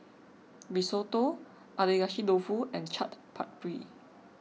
Risotto Agedashi Dofu and Chaat Papri